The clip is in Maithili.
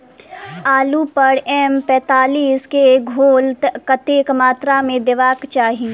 आलु पर एम पैंतालीस केँ घोल कतेक मात्रा मे देबाक चाहि?